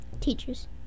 teachers